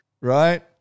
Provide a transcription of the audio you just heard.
right